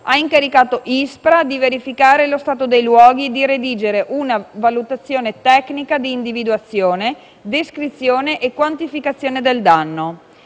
ha incaricato ISPRA di verificare lo stato dei luoghi e di redigere una valutazione tecnica di individuazione, descrizione e quantificazione del danno.